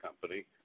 company